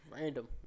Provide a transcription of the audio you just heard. random